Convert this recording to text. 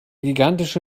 gigantische